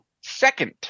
second